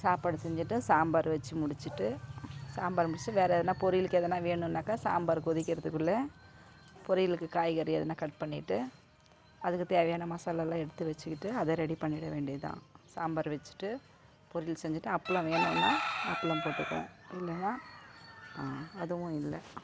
சாப்பாடு செஞ்சுட்டு சாம்பார் வச்சு முடித்துட்டு சாம்பார் முடித்துட்டு வேறு எதனால் பொரியலுக்கு எதனால் வேணுன்னாக்கால் சாம்பார் கொதிக்கிறத்துக்குள்ளே பொரியலுக்கு காய்கறி எதன்னால் கட் பண்ணிவிட்டு அதுக்கு தேவையான மசாலாலெலாம் எடுத்து வச்சுக்கிட்டு அதை ரெடி பண்ணிவிட வேண்டியதுதான் சாம்பார் வச்சுட்டு பொரியல் செஞ்சுட்டு அப்பளம் வேணுன்னால் அப்பளம் போட்டுக்குவோம் இல்லையா அதுவும் இல்லை